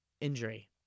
injury